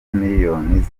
miliyoni